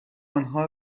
آنها